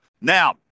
Now